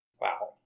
Wow